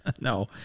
No